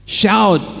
shout